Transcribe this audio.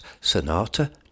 Sonata